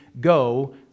go